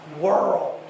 world